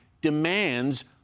demands